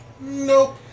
Nope